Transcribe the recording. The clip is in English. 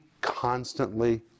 constantly